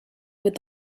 would